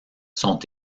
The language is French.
sont